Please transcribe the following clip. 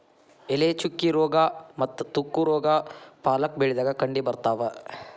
ಎಲೆ ಚುಕ್ಕಿ ರೋಗಾ ಮತ್ತ ತುಕ್ಕು ರೋಗಾ ಪಾಲಕ್ ಬೆಳಿದಾಗ ಕಂಡಬರ್ತಾವ